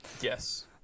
Yes